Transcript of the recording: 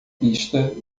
pista